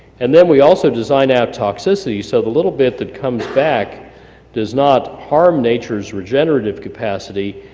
and then we also design out toxicity, so the little bit that comes back does not harm nature's regenerative capacity,